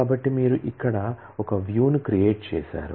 కాబట్టి మీరు ఇక్కడ ఒక వ్యూ ను క్రియేట్ చేశారు